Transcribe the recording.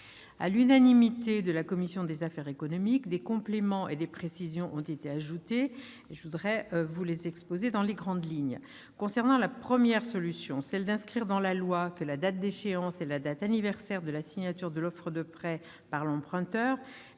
À l'unanimité de la commission des affaires économiques, des compléments et des précisions ont été apportés au texte. Je veux vous en exposer les grandes lignes. Concernant la première solution, qui consiste à inscrire dans la loi que la date d'échéance est la date anniversaire de la signature de l'offre de prêt par l'emprunteur,